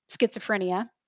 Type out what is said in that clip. schizophrenia